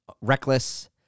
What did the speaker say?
reckless